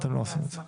אתם לא עושים את זה.